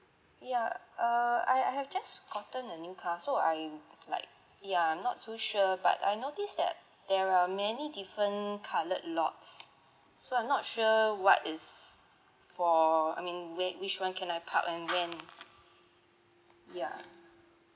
ya err I have just gotten a new car so I like ya I'm not so sure but I noticed that there are many different coloured lots so I'm not sure what is for I mean where which one can I park and when ya